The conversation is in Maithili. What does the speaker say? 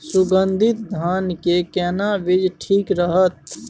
सुगन्धित धान के केना बीज ठीक रहत?